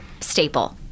staple